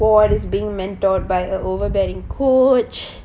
or he's mentored by a overbearing coach